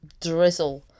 drizzle